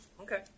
Okay